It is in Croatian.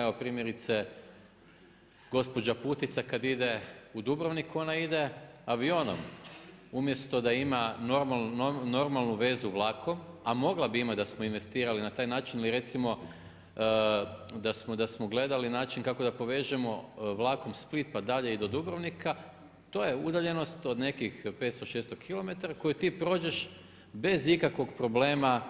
Evo primjerice, gospođa Putica kad ide u Dubrovnik, ona ide avionom, umjesto da ima normalnu vezu vlakom, a mogla bi imati da smo investirali na taj način ili recimo da smo gledali način kako da povežemo vlakom Split pa dalje i do Dubrovnika, to je udaljenost od nekih 500, 600 kilometara koji ti prođeš bez ikakvog problema